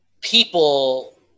people